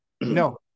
No